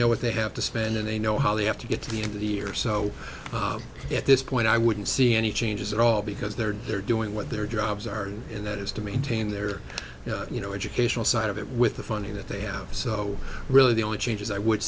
know what they have to spend and they know how they have to get to the end of the year so at this point i wouldn't see any changes at all because they're they're doing what their jobs are and that is to maintain their you know educational side of it with the funding that they have so really the only changes i would